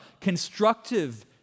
constructive